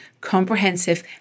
comprehensive